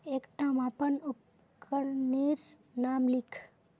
एकटा मापन उपकरनेर नाम लिख?